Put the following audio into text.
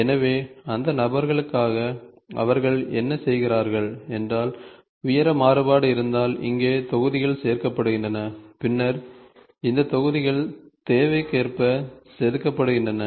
எனவே அந்த நபர்களுக்காக அவர்கள் என்ன செய்கிறார்கள் என்றால் உயர மாறுபாடு இருந்தால் இங்கே தொகுதிகள் சேர்க்கப்படுகின்றன பின்னர் இந்த தொகுதிகள் தேவைக்கேற்ப செதுக்கப்படுகின்றன